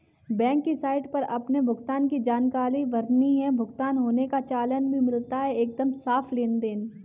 bank की site पर अपने भुगतान की जानकारी भरनी है, भुगतान होने का चालान भी मिलता है एकदम साफ़ लेनदेन